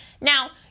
Now